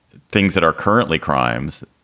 things that are currently crimes,